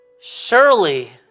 Surely